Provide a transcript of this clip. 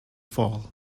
fall